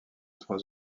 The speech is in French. trois